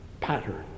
pattern